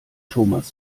thomas